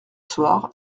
soir